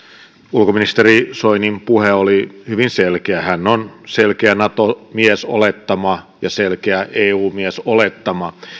ulkoministeri soinin puhe oli hyvin selkeä hän on selkeä nato miesoletettu ja selkeä eu miesoletettu